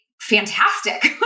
fantastic